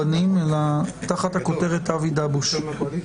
אבי ומה שרבנים לזכויות אדם חוו שם באירוע,